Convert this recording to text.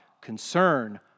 concern